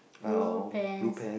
blue pants